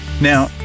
Now